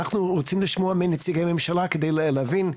אנחנו רוצים לשמוע מנציגי ממשלה, כדי להבין.